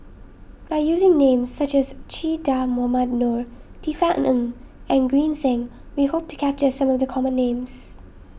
by using names such as Che Dah Mohamed Noor Tisa Ng and Green Zeng we hope to capture some of the common names